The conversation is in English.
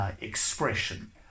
Expression